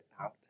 out